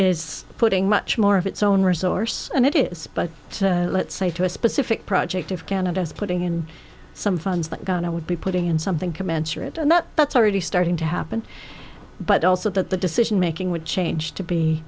is putting much more of its own resource and it is but let's say to a specific project of canada is putting in some funds that going i would be putting in something commensurate and that that's already starting to happen but also that the decision making would change to be